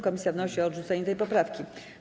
Komisja wnosi o odrzucenie tej poprawki.